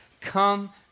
Come